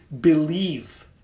believe